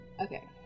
Okay